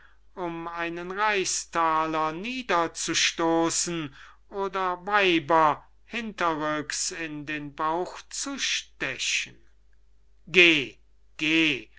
um einen reichsthaler niederzustossen oder weiber hinterrücks in den bauch zu stechen geh geh